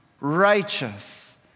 righteous